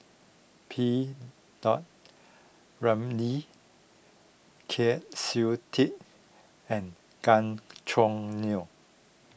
P Dot Ramlee Kwa Siew Tee and Gan Choo Neo